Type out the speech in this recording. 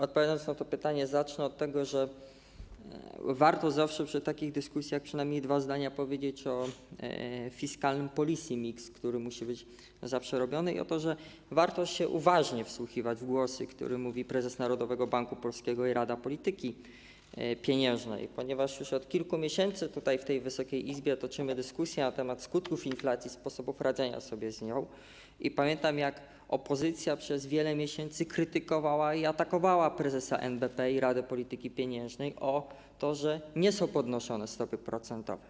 Odpowiadając na to pytanie, zacznę od tego, że warto zawsze przy takich dyskusjach przynajmniej dwa zdania powiedzieć o fiskalnym policy mix, który musi być zawsze robiony, i o tym, że warto się uważnie wsłuchiwać w to, co mówi prezes Narodowego Banku Polskiego i Rada Polityki Pieniężnej, ponieważ już od kilku miesięcy tutaj, w Wysokiej Izbie, toczymy dyskusję na temat skutków inflacji, sposobów radzenia sobie z nią i pamiętam, jak opozycja przez wiele miesięcy krytykowała i atakowała prezesa NBP i Radę Polityki Pieniężnej za to, że nie są podnoszone stopy procentowe.